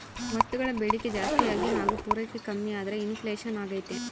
ವಸ್ತುಗಳ ಬೇಡಿಕೆ ಜಾಸ್ತಿಯಾಗಿ ಹಾಗು ಪೂರೈಕೆ ಕಮ್ಮಿಯಾದ್ರೆ ಇನ್ ಫ್ಲೇಷನ್ ಅಗ್ತೈತೆ